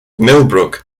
millbrook